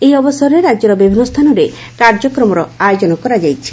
ଏହି ଅବସରେ ରାକ୍ୟର ବିଭିନ୍ ସ୍ରାନରେ କାର୍ଯ୍ୟକ୍ରମର ଆୟୋଜନ କରାଯାଇଛି